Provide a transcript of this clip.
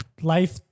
life